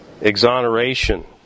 Exoneration